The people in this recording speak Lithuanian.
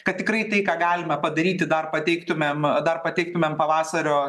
kad tikrai tai ką galime padaryti dar pateiktumėm dar pateiktumėm pavasario